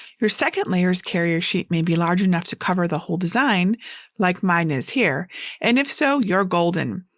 your second layer's carrier sheet may be large enough to cover the whole design like mine is here and if so, you're golden.